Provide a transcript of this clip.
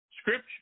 Scripture